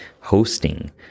hosting